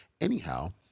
Anyhow